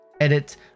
Edit